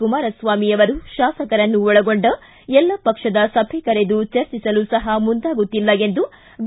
ಕುಮಾರಸ್ವಾಮಿ ಅವರು ಶಾಸಕರನ್ನು ಒಳಗೊಂಡ ಎಲ್ಲ ಪಕ್ಷದ ಸಭೆ ಕರೆದು ಚರ್ಚಿಸಲು ಸಹ ಮುಂದಾಗುತ್ತಿಲ್ಲ ಎಂದು ಬಿ